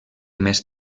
més